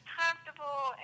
comfortable